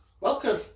Welcome